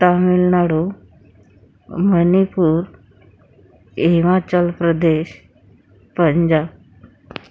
Tamil Nadu Manipur Himachal Pradesh Punjab